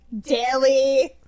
daily